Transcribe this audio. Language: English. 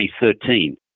2013